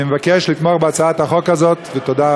אני מבקש לתמוך בהצעת החוק הזאת, ותודה רבה.